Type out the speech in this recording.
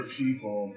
people